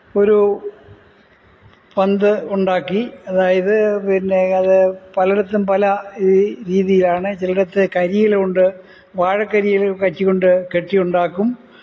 ഒരു പന്ത് ഉണ്ടാക്കി അതായത് പിന്നെ അത് പലയിടത്തും പല ഈ രീതിയാണ് ചിലയിടത്ത് കരിയിലകൊണ്ട് വാഴക്കരിയില കച്ചി കൊണ്ട് കെട്ടിയുണ്ടാക്കും